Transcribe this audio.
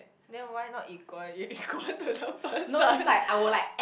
then why not equally equal to the person